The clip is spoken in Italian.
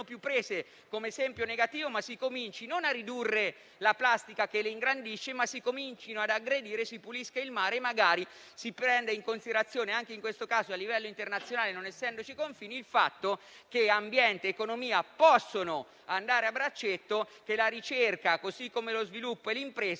più prese come esempio negativo. Occorre che si cominci non a ridurre la plastica che le ingrandisce, ma ad aggredirla e a pulire il mare, magari prendendo in considerazione, anche in questo caso a livello internazionale non essendoci confini, il fatto che ambiente ed economia possono andare a braccetto e che la ricerca, così come lo sviluppo e l'impresa